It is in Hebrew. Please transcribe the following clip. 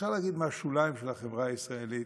אפשר להגיד מהשוליים של החברה הישראלית,